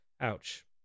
Ouch